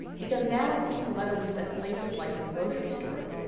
because now i see celebrities at places like the grocery store.